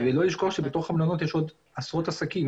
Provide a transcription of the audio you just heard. ולא לשכוח שבתוך המלונות יש עוד עשרות עסקים.